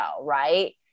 right